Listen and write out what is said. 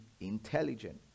intelligent